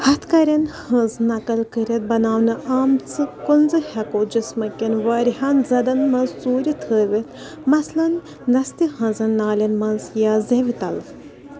ہتھكرؠن ہٕنٛز نقٕل کٔرِتھ بناونہٕ آمژٕ کُنٛزٕ ہؠکو جِسمہٕ کؠن واریاہن زٮ۪دن منٛز ژوٗرِ تھٲوِتھ مثلاً نَستہِ ہٕنٛزن نالؠن منٛز یا زیٚوِ تَل